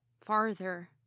Farther